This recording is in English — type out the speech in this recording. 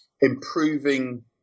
improving